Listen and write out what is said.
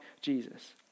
Jesus